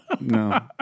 No